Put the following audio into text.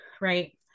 right